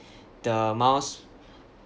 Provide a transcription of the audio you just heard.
the miles